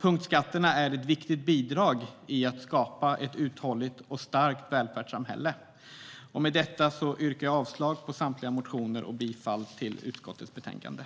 Punktskatterna är ett viktigt bidrag när det gäller att skapa ett uthålligt och starkt välfärdssamhälle. Med detta yrkar jag avslag på samtliga motioner och bifall till utskottets förslag i betänkandet.